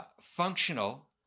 functional